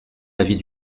l’avis